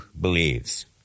believes